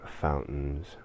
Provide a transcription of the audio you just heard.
fountains